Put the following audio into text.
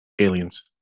aliens